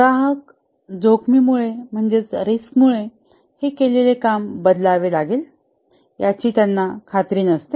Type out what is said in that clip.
ग्राहक जोखमीमुळे हे केलेले काम बदलावा लागेल याची त्यांना खात्री नसते